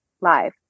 live